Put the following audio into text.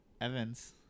Evans